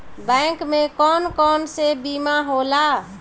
Bank में कौन कौन से बीमा होला?